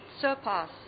surpass